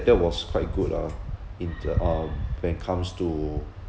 that was quite good ah in the um when comes to